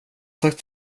sagt